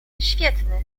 świetny